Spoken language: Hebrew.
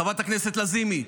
חברת הכנסת לזימי,